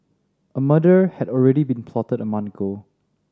a murder had already been plotted a month ago